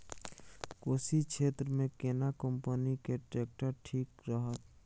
कोशी क्षेत्र मे केना कंपनी के ट्रैक्टर ठीक रहत?